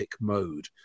mode